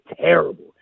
terrible